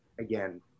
again